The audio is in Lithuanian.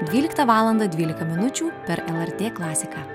dvyliktą valandą dvylika minučių per lrt klasiką